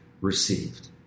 received